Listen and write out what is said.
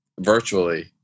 virtually